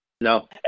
no